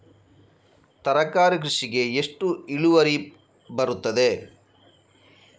ತರಕಾರಿ ಕೃಷಿಗೆ ಎಷ್ಟು ಇಳುವರಿ ಬರುತ್ತದೆ?